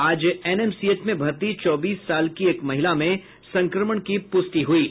आज एनएमसीएच में भर्ती चौबीस साल की एक महिला में संक्रमण की प्रष्टि हुई है